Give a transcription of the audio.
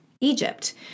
Egypt